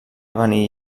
venir